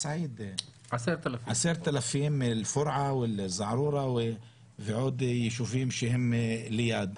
10,000 מאל פורעה ומזערורה ועוד יישובים שהם ליד.